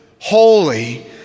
holy